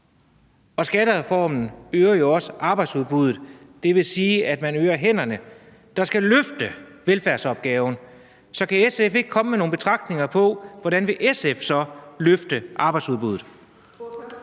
Og skattereformen øger jo også arbejdsudbuddet, og det vil sige, at man øger antallet af hænder, der skal løfte velfærdsopgaven. Så kan SF ikke komme med nogle betragtninger om, hvordan SF så vil løfte arbejdsudbuddet?